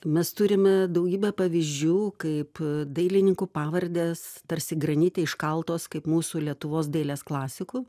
mes turime daugybę pavyzdžių kaip dailininkų pavardes tarsi granite iškaltos kaip mūsų lietuvos dailės klasikų